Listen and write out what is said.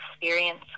experience